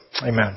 amen